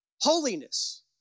holiness